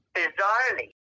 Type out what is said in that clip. bizarrely